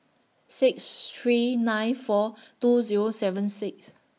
six three nine four two Zero seven six